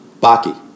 Baki